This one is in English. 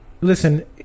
listen